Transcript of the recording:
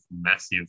massive